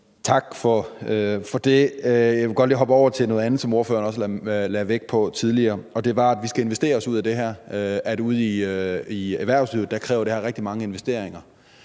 Tak for det. Jeg vil godt lige hoppe over til noget andet, som ordføreren også lagde vægt på tidligere, og det var, at vi skal investere os ud af det her; at ude i erhvervslivet kræver det her rigtig mange investeringer.